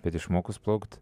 bet išmokus plaukt